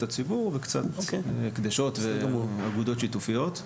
הציבור וקצת הקדשות ואגודות שיתופיות.